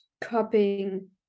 copying